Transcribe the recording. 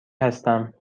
هستم